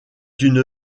une